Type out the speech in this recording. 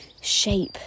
shape